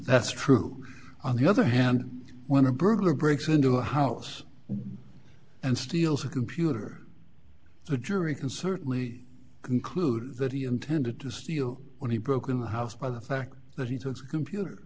that's true on the other hand when a burglar breaks into a house and steals a computer the jury can certainly conclude that he intended to steal when he broke in the house by the fact that he took computer